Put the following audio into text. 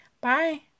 Bye